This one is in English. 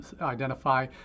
identify